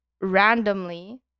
randomly